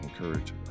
encourage